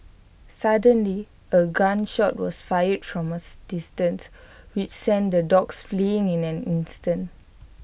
suddenly A gun shot was fired from A distance which sent the dogs fleeing in an instant